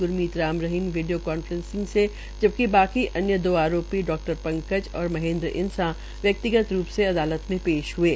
Gurmeet Ram Rahim video conferencing से जबकि बाकी अन्य दो आरोपी डॉक्टर पंकज और महेन्द्र इसां व्यक्तिगत रूप से अदालत में पेश हये